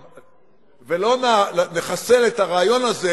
ולא נחסל את הרעיון הזה